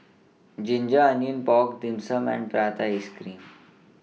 Ginger Onions Pork Dim Sum and Prata Ice Cream